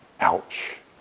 ouch